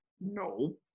No